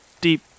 deep